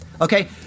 Okay